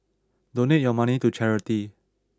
donate your money to charity